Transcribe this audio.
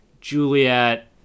Juliet